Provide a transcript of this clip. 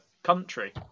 Country